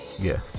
Yes